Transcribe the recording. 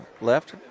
left